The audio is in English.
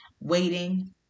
waiting